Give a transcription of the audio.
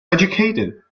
educated